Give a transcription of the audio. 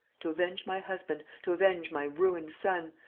to avenge my husband, to avenge my ruined son,